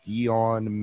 Dion